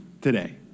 today